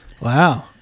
Wow